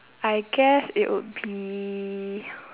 I guess it would be